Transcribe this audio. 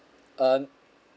um